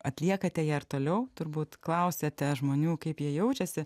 atliekate ją ir toliau turbūt klausiate žmonių kaip jie jaučiasi